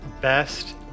Best